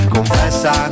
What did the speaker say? Confessa